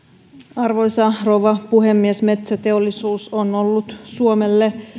arvoisa rouva puhemies metsäteollisuus on ollut suomelle